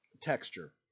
texture